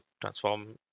transform